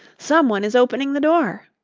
someone is opening the door.